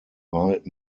mild